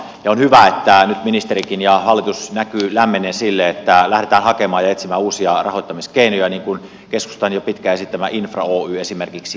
on hyvä että nyt ministerikin ja hallitus näkyy lämmenneen sille että lähdetään hakemaan ja etsimään uusia rahoittamiskeinoja jollainen keskustan jo pitkään esittämä infra oy esimerkiksi on